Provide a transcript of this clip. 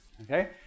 okay